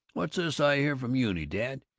what's this i hear from euny, dad?